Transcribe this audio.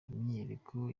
imyiyerekano